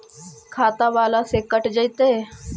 खाता बाला से कट जयतैय?